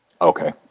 Okay